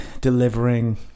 delivering